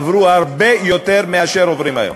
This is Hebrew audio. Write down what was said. עברו הרבה יותר מאשר עוברות היום.